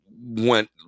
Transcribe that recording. went